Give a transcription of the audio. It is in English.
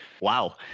Wow